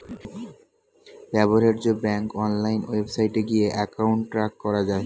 ব্যবহার্য bank online ওয়েবসাইটে গিয়ে অ্যাকাউন্ট ট্র্যাক করা যায়